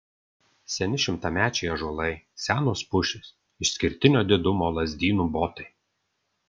seni šimtamečiai ąžuolai senos pušys išskirtinio didumo lazdynų botai